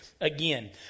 again